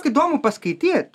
įdomu paskaityt